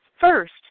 first